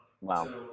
Wow